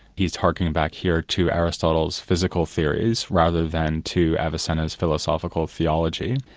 he's harking back here to aristotle's physical theories, rather than to avicenna's philosophical theology.